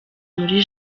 muri